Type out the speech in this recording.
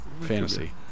fantasy